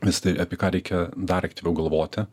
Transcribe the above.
visa tai apie ką reikia dar aktyviau galvoti